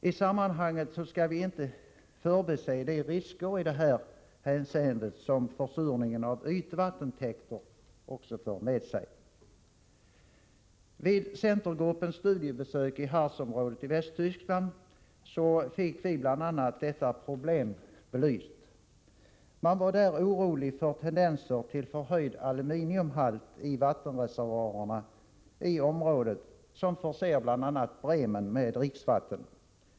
I sammanhanget skall vi inte förbise de risker som försurningen av ytvattentäkter för med sig. Vid centergruppens studiebesök i Harz-området i Västtyskland fick vi bl.a. detta problem belyst. Man var där orolig för tendenser till förhöjd aluminiumhalt i vattenreservoarerna i området som förser bl.a. Bremen med dricksvatten.